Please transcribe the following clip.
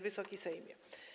Wysoki Sejmie!